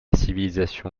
civilisation